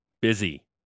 Busy